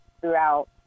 throughout